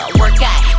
workout